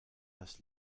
das